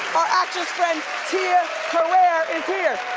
our actress friend tia carrere is here.